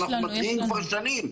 ואנחנו מתריעים כבר שנים.